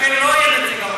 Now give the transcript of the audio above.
לכן לא יהיה נציג.